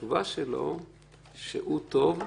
והתשובה שלו שהוא טוב,